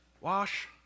Wash